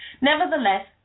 Nevertheless